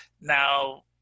now